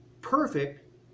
perfect